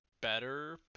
better